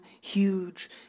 huge